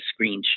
screenshot